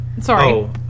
sorry